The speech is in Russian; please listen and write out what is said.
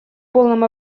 полном